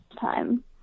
time